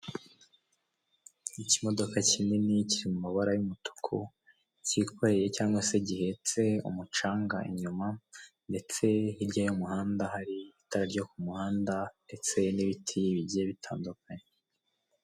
Ikimodoka kinini kiri mu mabara y'umutuku kikoreye cyangwa se gihetse umucanga inyuma ndetse hirya y'umuhanda hari itara ryo ku muhanda ndetse n'ibiti bigiye bitandukanye.